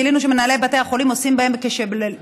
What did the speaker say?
וגילינו שמנהלי בתי החולים עושים בהם כבשלהם.